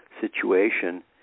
situation